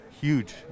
huge